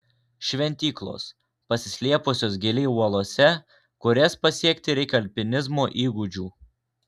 šventyklos pasislėpusios giliai uolose kurias pasiekti reikia alpinizmo įgūdžių